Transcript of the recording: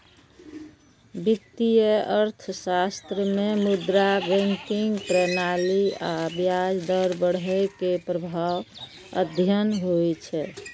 वित्तीय अर्थशास्त्र मे मुद्रा, बैंकिंग प्रणाली आ ब्याज दर बढ़ै के प्रभाव अध्ययन होइ छै